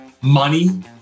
Money